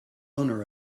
owner